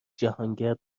جهانگرد